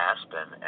Aspen